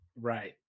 Right